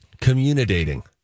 Communidating